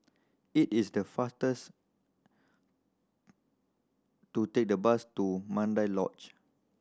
it is the fastest to take the bus to Mandai Lodge